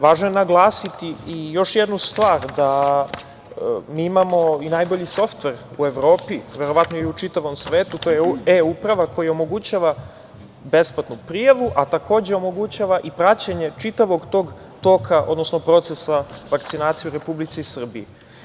Važno je naglasiti i još jednu stvar, da mi imao i najbolji softver u Evropi, verovatno i u čitavom svetu, to je e-uprava koja omogućava besplatnu prijavu a takođe omogućava i praćenje čitavog tog toka, odnosno procesa vakcinacije u Republici Srbiji.